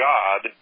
God